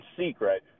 secret –